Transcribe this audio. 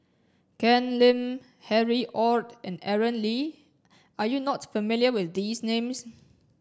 Ken Lim Harry Ord and Aaron Lee are you not familiar with these names